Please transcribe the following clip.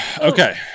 okay